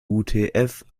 utf